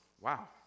Wow